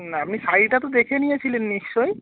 না আপনি শাড়িটা তো দেখে নিয়েছিলেন নিশ্চই